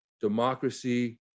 democracy